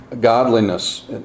Godliness